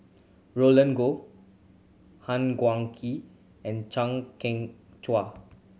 Roland Goh Han Guangwei and Chang Kheng Chuan